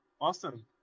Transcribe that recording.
Awesome